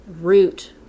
root